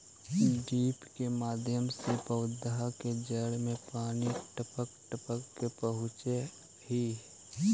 drip के माध्यम से पौधा के जड़ में पानी टपक टपक के पहुँचऽ हइ